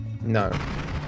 no